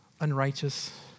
unrighteous